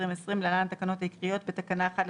התש"ף-2020 (להלן "התקנות העיקריות"), בתקנה 1,